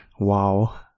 Wow